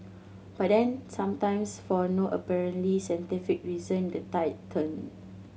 but then sometimes for no apparently scientific reason the tide turn